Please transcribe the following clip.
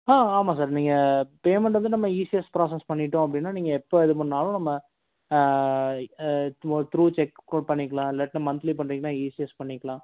ஆ ஆமாம் சார் நீங்கள் பேமெண்டு வந்து நம்ப ஈஸியஸ்ட் பிராசஸ் பண்ணிவிட்டோம் அப்படின்னா நீங்கள் எப்போ இது பண்ணாலும் நம்ம த்ரூவ் செக் கூட பண்ணிக்கலாம் இல்லாட்டினா மந்த்லி பண்ணிங்கன்னா ஈஸியஸ்ட் பண்ணிக்கலாம்